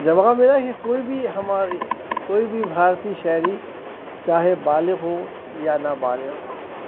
جواب ملا کہ کوئی بھی ہماری کوئی بھی بھارتی شہری چاہے بالغ ہو یا نا بالغ ہو